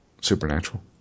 supernatural